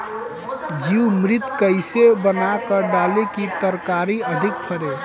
जीवमृत कईसे बनाकर डाली की तरकरी अधिक फरे?